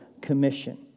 commission